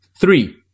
Three